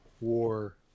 War